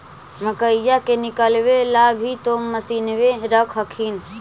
मकईया के निकलबे ला भी तो मसिनबे रख हखिन?